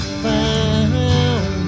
found